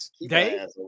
Dave